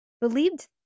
believed